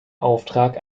auftrag